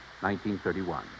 1931